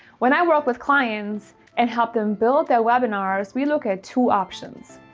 when i work with clients and help them build their webinars, we look at two options.